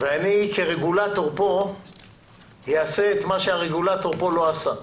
אני כרגולטור כאן אעשה את מה שהרגולטור כאן לא עשה.